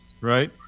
right